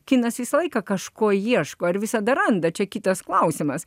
kinas visą laiką kažko ieško ir visada randa čia kitas klausimas